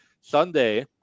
Sunday